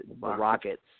Rockets